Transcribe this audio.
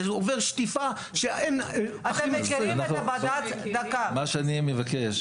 זה עובר שטיפה ש --- מה שאני מבקש,